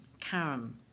Karen